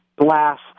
glass